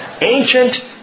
ancient